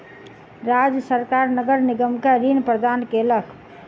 राज्य सरकार नगर निगम के ऋण प्रदान केलक